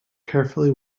carefully